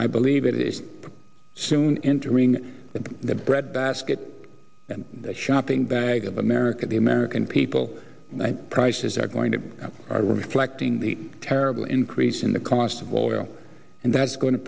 i believe it is soon entering the bread ask that shopping bag of american the american people prices are going to be reflecting the terrible increase in the cost of oil and that's going to